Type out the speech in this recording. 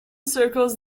circles